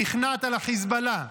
נכנעת לחיזבאללה.